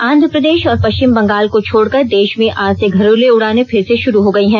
आंध्र प्रदेश और पश्चिम बंगाल को छोड़कर देश में आज से घरेलू उड़ानें फिर से शुरू हो गई हैं